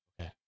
Okay